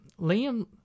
Liam